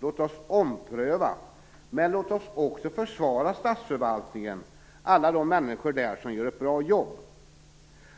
Låt oss ompröva. Men låt oss också försvara statsförvaltningen och alla de människor där som gör ett bra jobb.